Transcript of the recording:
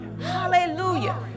hallelujah